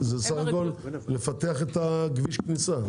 זה בסך הכול לפתח את כביש הכניסה.